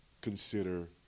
consider